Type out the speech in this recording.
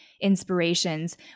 inspirations